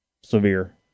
severe